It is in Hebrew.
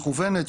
מכוונת,